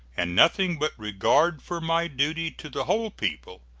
and nothing but regard for my duty to the whole people,